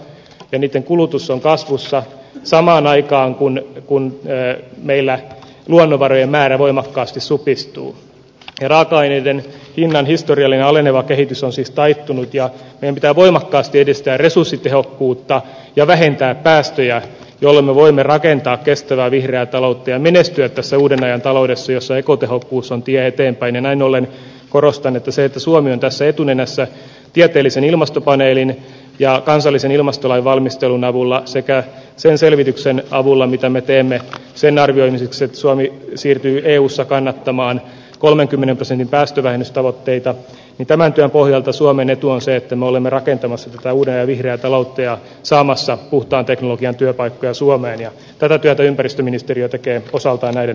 eniten kulutus on kasvussa samaan aikaan kun nyt kun ne meillä luonnonvarojen määrä voimakkaasti supistuu raaka aineiden hinnan historiallinen aleneva kehitys on siis taittunut ja minkä voimakkaasti edistää resurssitehokkuutta ja vähentää päästöjä jolma voimme rakentaa kestävää vihreää taloutta ja menestyä tässä uuden ajan taloudessa jossa ekotehokkuus on tie eteenpäin ja näin ollen korostan että se että suomi on tässä etunenässä tieteellisen ilmastopaneelin ja kansallisen ilmastolain valmistelun avulla sekä sen selvityksen avulla mitä me teemme sen arvioimiseksi suomi siirtyy eussa kannattamaan kolmenkymmenen prosentin päästövähennystavoitteita ja tämän työn pohjalta suomen etua se että olemme rakentamassa uuden vihreää taloutta ja saamassa puhtaan teknologian työpaikkoja suomeen ja tätä työtä ympäristöministeriö tekee osaltaan näiden